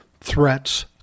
threats